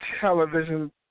television